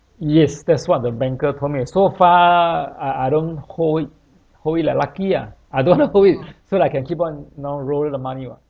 yes that's what the banker told me so far I I don't hold it hold it I lucky ah I don't want to hold it so that I can keep on you know roll the money [what]